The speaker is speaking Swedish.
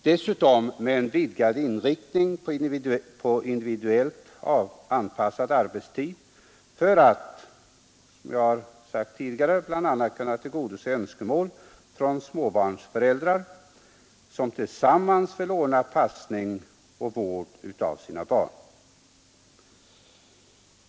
Dessutom vill vi ha en vidgad inriktning på individuellt anpassad arbetstid för att, som jag har sagt tidigare, bl.a. kunna tillgodose önskemål från småbarnsföräldrar som tillsammans vill ordna passning och vård av sina barn.